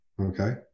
okay